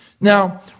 Now